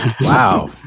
Wow